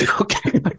Okay